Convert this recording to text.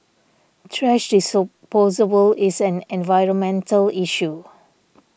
thrash disposable is an environmental issue